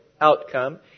outcome